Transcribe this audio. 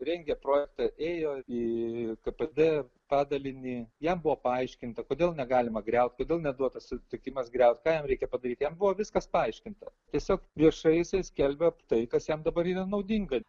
rengė projektą ėjo į kpd padalinį jam buvo paaiškinta kodėl negalima griaut kodėl neduotas sutikimas griaut ką jam reikia padaryti jam buvo viskas paaiškinta tiesiog viešai jisai skelbia tai kas jam dabar yra naudinga